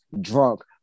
drunk